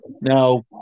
Now